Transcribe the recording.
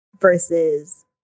versus